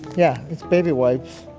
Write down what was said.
yeah, it's baby wipes.